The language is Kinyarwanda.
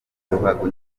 ruhago